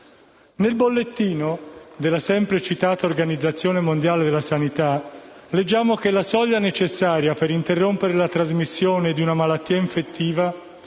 Nel bollettino della sempre citata Organizzazione mondiale della sanità leggiamo che la soglia necessaria per interrompere la trasmissione di una malattia infettiva